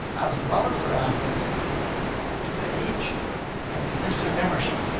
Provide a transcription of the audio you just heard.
as well as their assets, due to age and decreasing membership.